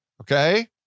Okay